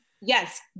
Yes